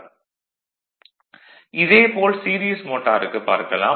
vlcsnap 2018 11 05 10h02m04s155 இதே போல் series மோட்டாருக்குப் பார்க்கலாம்